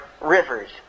rivers